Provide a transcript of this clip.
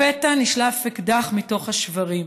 לפתע נשלף אקדח מתוך השברים.